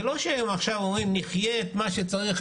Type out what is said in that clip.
זה לא שהם עכשיו מחליטים לחיות את מה שצריך,